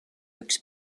üks